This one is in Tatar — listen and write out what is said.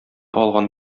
алган